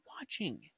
watching